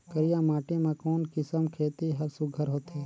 करिया माटी मा कोन किसम खेती हर सुघ्घर होथे?